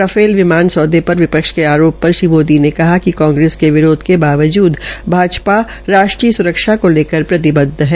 Rafale विमान सौदे पर विपक्ष के आरोप पर श्री मोदी ने कहा कि कांग्रेस के विरोध के वाबजूद भाजपा राष्ट्रीय स्रक्षा को लकर प्रतिबदव है